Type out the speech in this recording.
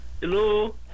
Hello